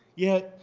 yet,